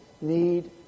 need